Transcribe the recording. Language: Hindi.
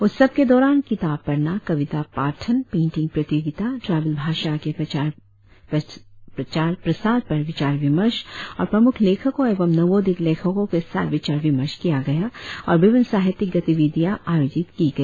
उत्सव के दौरान किताब पढ़ना कविता पाठन पेंईटिंग प्रतियोगिता ट्राईबल भाषा के प्रसार प्रचार पर विचार विमर्श और प्रमुख लेखकों एवं नवोदित लेखकों के साथ विचार विमर्श किया गया और विभिन्न साहित्यिक गतिविधियां आयोजित किया गया